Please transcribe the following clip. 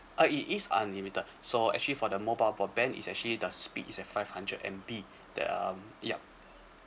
uh it is unlimited so actually for the mobile broadband is actually the speed is at five hundred M_B that um yup